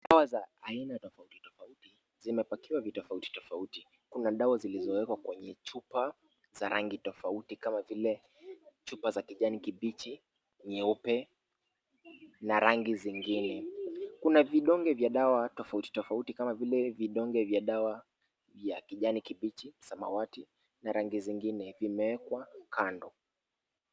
Dawa za aina tofautitofauti zimepakiwa vitofautitofauti. Kuna dawa zilizowekwa kwenye chupa za rangi tofauti kama vile chupa za kijani kibichi, nyeupe na rangi zingine. Kuna vidonge vya dawa tofautitofauti kama vile vidonge vya dawa vya kijani kibichi, samawati na rangi zingine, vimewekwa kando.